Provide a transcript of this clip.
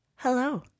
hello